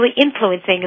influencing